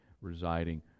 residing